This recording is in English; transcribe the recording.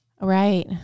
right